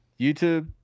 youtube